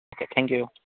okay thank you